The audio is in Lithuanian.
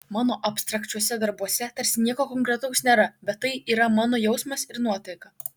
mano abstrakčiuose darbuose tarsi nieko konkretaus nėra bet tai yra mano jausmas ir nuotaika